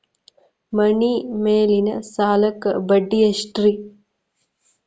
ಮನಿ ಮೇಲಿನ ಸಾಲಕ್ಕ ಬಡ್ಡಿ ಎಷ್ಟ್ರಿ?